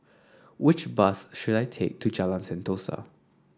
which bus should I take to Jalan Sentosa